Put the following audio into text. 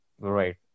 Right